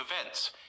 events